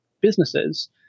businesses